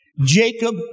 Jacob